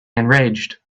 enraged